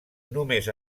només